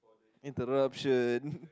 interruption